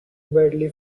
badly